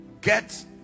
get